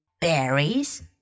berries